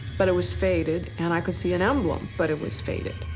but it was faded. and i could see an emblem, but it was faded.